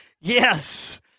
Yes